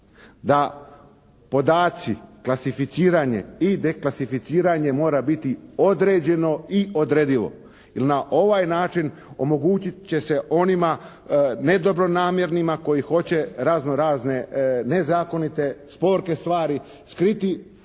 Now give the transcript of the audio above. da podaci, klasificiranje i deklasificiranje mora biti određeno i odredivo jer na ovaj način omogućit će se onima nedobronamjernima koji hoće razno razne nezakonite šporke stvari skriti